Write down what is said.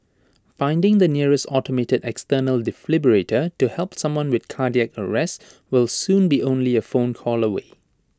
finding the nearest automated external defibrillator to help someone with cardiac arrest will soon be only A phone call away